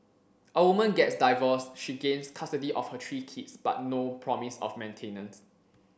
a woman gets divorced she gains custody of her three kids but no promise of maintenance